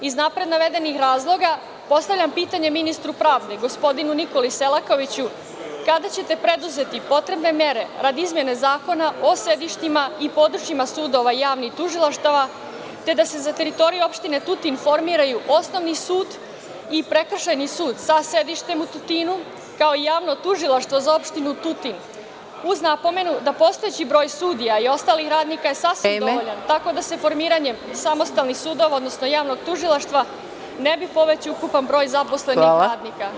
Iz napred navedenih razloga postavljam pitanje ministru pravde gospodinu Nikoli Selakoviću - kada ćete preduzeti potrebne mere radi izmene Zakona o sedištima i područjima sudova, javnih tužilaštava, te da se za teritoriju opštine Tutin formiraju osnovni sud i prekršajni sud sa sedištem u Tutinu, kao i javno tužilaštvo za opštinu Tutin uz napomenu da postojeći broj sudija i ostalih radnika je sasvim dovoljan tako da se formiranjem samostalnih sudova, odnosno javnog tužilaštva ne bi povećao ukupan broj zaposlenih radnika.